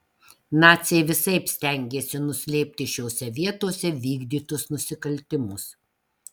naciai visaip stengėsi nuslėpti šiose vietose vykdytus nusikaltimus